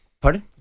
Pardon